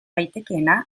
daitekeena